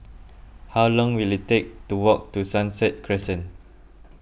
how long will it take to walk to Sunset Crescent